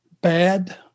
bad